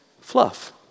fluff